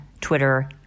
Twitter